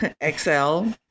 Excel